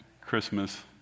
Christmas